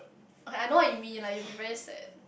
okay I know what you mean like you'll be very sad